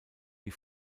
die